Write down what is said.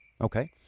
Okay